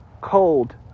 cold